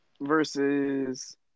versus